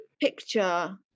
picture